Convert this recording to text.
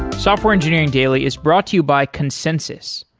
software engineering daily is brought to you by consensys.